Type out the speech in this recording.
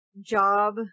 job